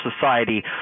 society